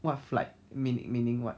what flight mean~ meaning what